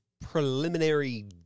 preliminary